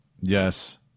yes